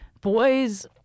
boys